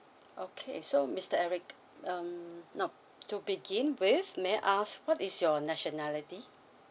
okay so mister eric um nope to begin with may I ask what is your nationality